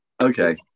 Okay